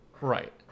Right